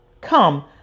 Come